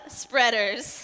spreaders